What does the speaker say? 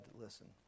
listen